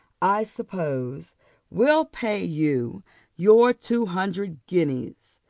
i suppose will pay you your two hundred guineas.